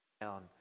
down